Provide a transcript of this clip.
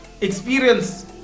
experience